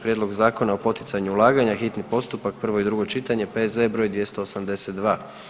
prijedlog Zakona o poticanju ulaganja, hitni postupak, prvo i drugo čitanje, P.Z.E. br. 282.